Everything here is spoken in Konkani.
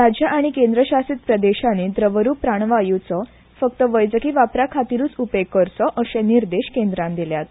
राज्यां आनी केंद्र शासीत प्रदेशांनी द्रवरुप प्राणवायूचो फक्त वैजकी वापरा खातीरूच उपेग करचो अशे निर्देश केंद्रान दिल्यात